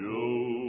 Joe